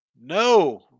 No